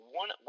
one